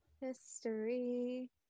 History